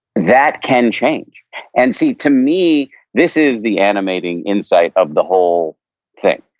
that can change and see, to me this is the animating insight of the whole thing,